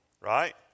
Right